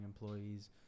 employees